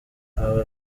aba